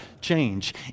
change